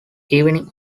evening